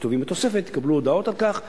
הכתובים בתוספת יקבלו הודעות על כך,